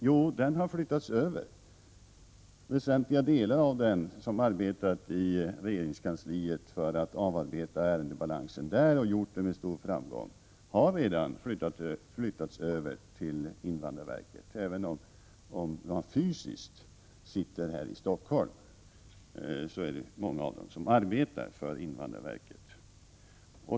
Jo, många av dem som i regeringskansliet har hållit på med att avarbeta ärendebalansen där — och gjort det med stor framgång — har redan flyttats över till invandrarverket. Även om de fysiskt befinner sig i Stockholm är det många som arbetar för invandrarverket.